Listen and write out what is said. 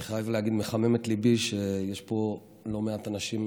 אני חייב להגיד: מחמם את ליבי שיש פה לא מעט אנשים,